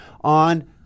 on